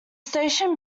station